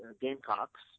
Gamecocks